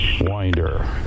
winder